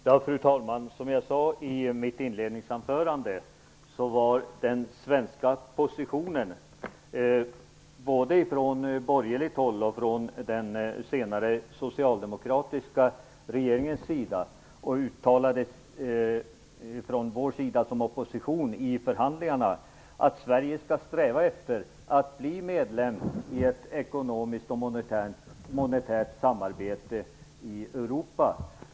Fru talman! Som jag sade i mitt inledningsanförande var den svenska positionen både från borgerligt håll och från den senare socialdemokratiska regeringens sida, och det uttalandes från socialdemokratiskt håll som opposition i förhandlingarna, att Sverige skall sträva efter att bli medlem i ett ekonomiskt och monetärt samarbete i Europa.